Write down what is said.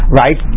right